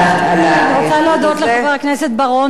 אני רוצה להודות לחבר הכנסת בר-און על ההבחנה.